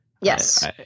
Yes